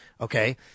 Okay